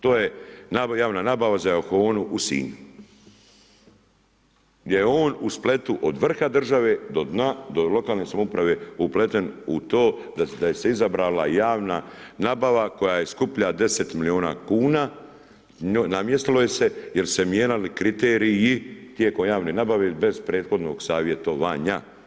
To je javna nabava za Euhonu u Sinju gdje je on u spletu od vrha države do dna, do lokalne samouprave upleten u to da se izabrala javna nabava koja je skuplja 10 milijuna kuna, namjestilo joj se jer su se mijenjali kriteriji tijekom javne nabave bez prethodnog savjetovanja.